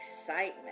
excitement